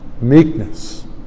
Meekness